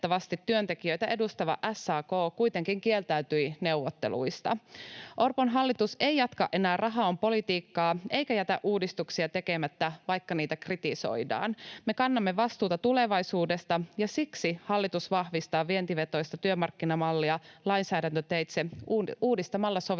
työntekijöitä edustava SAK kuitenkin kieltäytyi neuvotteluista. Orpon hallitus ei jatka enää rahaa on ‑politiikkaa eikä jätä uudistuksia tekemättä, vaikka niitä kritisoidaan. Me kannamme vastuuta tulevaisuudesta, ja siksi hallitus vahvistaa vientivetoista työmarkkinamallia lainsäädäntöteitse uudistamalla